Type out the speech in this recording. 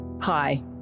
Hi